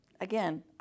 again